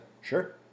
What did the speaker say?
sure